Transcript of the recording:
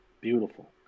Beautiful